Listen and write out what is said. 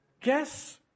Guess